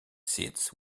seats